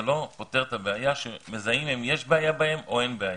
זה לא פותר את הבעיה שמזהים אם יש בעיה בהם או אין בעיה.